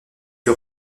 que